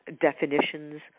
definitions